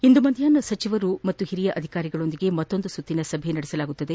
ಇಂದು ಮಧ್ಯಾಹ್ನ ಸಚವರು ಮತ್ತು ಹಿರಿಯ ಅಧಿಕಾರಿಗಳೊಂದಿಗೆ ಮತ್ತೊಂದು ಸುತ್ತಿನ ಸಭೆ ನಡೆಯುವುದು